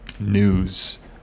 news